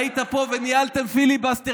היית פה וניהלתם פיליבסטר.